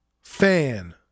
fan